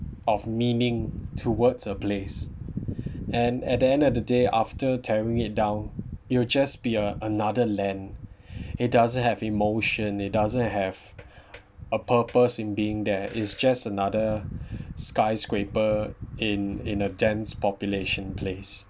of meaning towards a place and at the end of the day after tearing it down it'll just be a another land it doesn't have emotion it doesn't have a purpose in being there it's just another skyscraper in in a dense population place